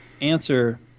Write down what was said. answer